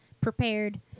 prepared